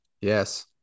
Yes